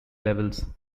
labels